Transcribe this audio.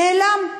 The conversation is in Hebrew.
נעלם.